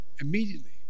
immediately